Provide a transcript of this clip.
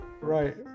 Right